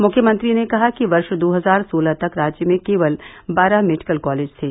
मुख्यमंत्री ने कहा कि वर्ष दो हजार सोलह तक राज्य में केवल बारह मेडिकल कालेज थे